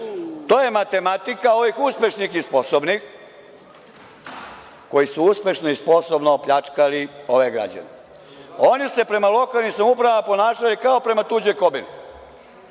To je matematika ovih uspešnih i sposobnih koji su uspešno i sposobno pljačkali ove građane. Oni su se prema lokalnim samoupravama ponašali kao prema tuđoj kobili.